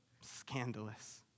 Scandalous